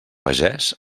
pagès